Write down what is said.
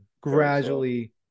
gradually